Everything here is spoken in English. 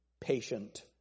patient